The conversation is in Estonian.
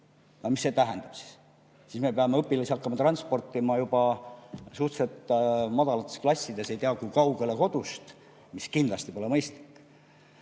[Tähendab seda], et me peame õpilasi hakkama transportima juba suhteliselt madalamates klassides ei tea kui kaugele kodust. See kindlasti pole mõistlik.